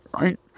right